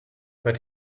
but